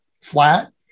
flat